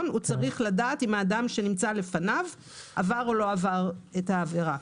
הוא צריך לדעת אם האדם עבר או לא עבר את העבירה.